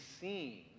seen